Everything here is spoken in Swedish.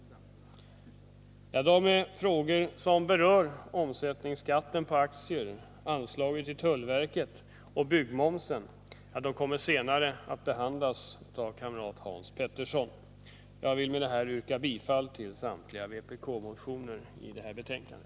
De frågor som berör omsättningsskatt på aktier, anslaget till tullverket och byggmomsen kommer att senare behandlas av Hans Petersson. Jag vill med detta yrka bifall till samtliga vpk-motioner som behandlas i detta betänkande.